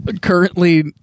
Currently